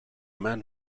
man